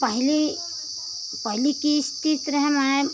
पहली पहली की स्थिति रहे हमारा